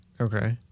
Okay